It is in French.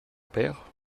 père